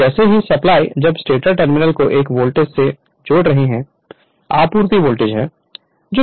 अब जैसे ही सप्लाई जब स्टेटर टर्मिनल को एक वोल्टेज से जोड़ रहे हैं आपूर्ति वोल्टेज है